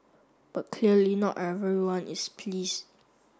but clearly not everyone is pleased